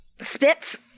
spits